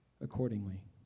accordingly